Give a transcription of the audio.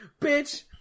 bitch